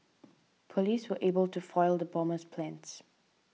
police were able to foil the bomber's plans